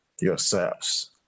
yourselves